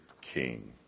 king